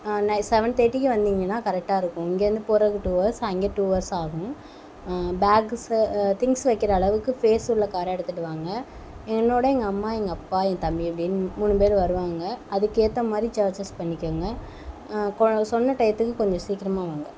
ந செவென் தர்ட்டிக்கு வந்தீங்கனால் கரெட்டாக இருக்கும் இங்கிருந்து போகிறதுக்கு டூ ஹவர்ஸ் அங்கே டூ ஹவர்ஸ் ஆகும் பேக்ஸ்சு திங்ஸ் வைக்கிற அளவுக்கு ஸ்பேஸ் உள்ள காராக எடுத்துகிட்டு வாங்க என்னோட எங்கள் அம்மா எங்கள் அப்பா என் தம்பி அப்படின்னு மூணு பேர் வருவாங்க அதுக்கேற்ற மாதிரி சார்ஜஸ் பண்ணிக்கோங்க கொ சொன்ன டயத்துக்கு கொஞ்சம் சீக்கிரமாக வாங்க